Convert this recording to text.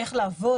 איך לעבוד.